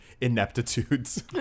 ineptitudes